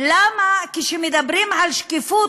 למה כשמדברים על שקיפות,